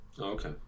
okay